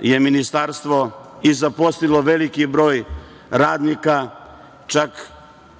je Ministarstvo i zaposlilo veliki broj radnika, čak jedno